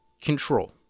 control